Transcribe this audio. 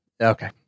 Okay